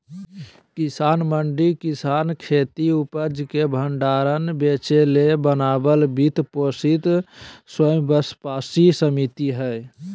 किसान मंडी किसानखेती उपज के भण्डार बेचेले बनाल वित्त पोषित स्वयात्तशासी समिति हइ